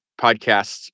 podcasts